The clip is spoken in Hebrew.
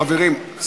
חברים.